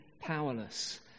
powerless